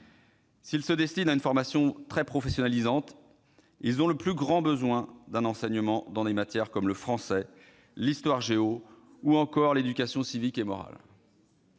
S'ils se destinent à une formation très professionnalisante, ils ont le plus grand besoin d'un enseignement dans des matières comme le français, l'histoire-géographie ou l'éducation civique et morale.